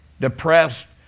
depressed